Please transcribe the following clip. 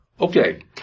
Okay